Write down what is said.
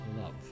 love